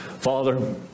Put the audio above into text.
Father